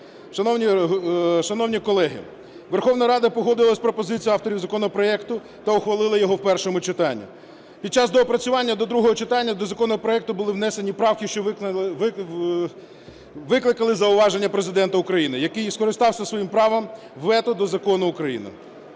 Шановні колеги, Верховна Рада погодилась з пропозицією авторів законопроекту та ухвалила його в першому читанні. Під час доопрацювання до другого читання до законопроекту були внесені правки, що викликали зауваження Президента України, який і скористався своїм правом вето до закону України.